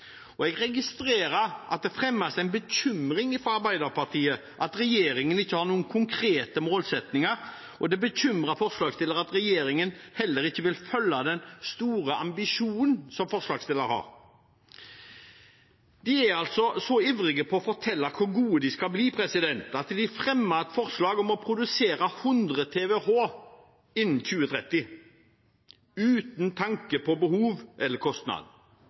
saken. Jeg registrerer at det fremmes en bekymring fra Arbeiderpartiet om at regjeringen ikke har noen konkrete målsettinger, og at det bekymrer forslagsstillerne at regjeringen heller ikke vil følge opp den store ambisjonen som forslagsstillerne har. De er altså så ivrige etter å fortelle hvor gode de skal bli, at de fremmer et forslag om å produsere 100 TWh innen 2030 – uten tanke på behov eller kostnad,